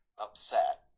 upset